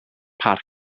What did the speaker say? parc